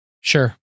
Sure